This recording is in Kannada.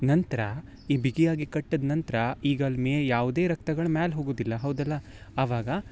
ನಂತರ ಈ ಬಿಗಿಯಾಗಿ ಕಟ್ಟಿದ ನಂತರ ಈಗ ಅಲ್ಲಿ ಮೇಲೆ ಯಾವುದೇ ರಕ್ತಗಳ ಮ್ಯಾಲ ಹೋಗೋದಿಲ್ಲ ಹೌದಲ್ಲ ಆವಾಗ